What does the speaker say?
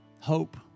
hope